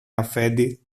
αφέντη